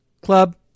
Club